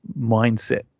mindset